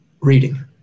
reading